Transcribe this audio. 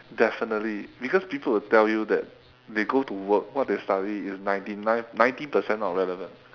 definitely because people will tell you that they go to work what they study is ninety nine ninety percent not relevant